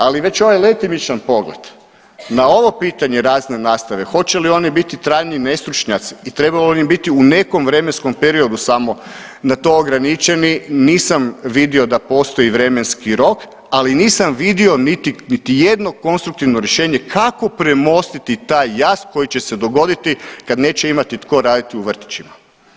Ali već ovaj letimičan pogled na ovo pitanje razredne nastave hoće li oni biti trajni nestručnjaci i traju li biti u nekom vremenskom periodu samo na to ograničeni nisam vidio da postoji vremenski rok, ali nisam vidio niti jedno konstruktivno rješenje kako premostiti taj jaz koji će se dogoditi kada neće imati tko raditi u vrtićima.